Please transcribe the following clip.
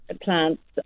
plants